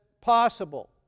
possible